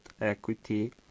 equity